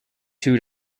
two